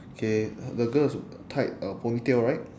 okay the girl is tied a ponytail right